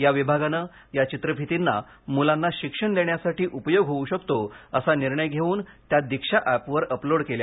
या विभागानं या चित्रफितींचा मुलांना शिक्षण देण्यासाठी उपयोग होऊ शकतो असा निर्णय घेऊन त्या दीक्षा ऍपवर अपलोड केल्या